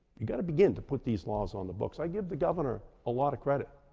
you got to begin to put these laws on the books. i give the governor a lot of credit.